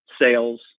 sales